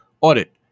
audit